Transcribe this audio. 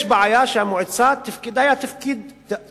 יש בעיה שהמועצה, תפקודה היה לקוי.